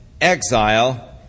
exile